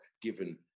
given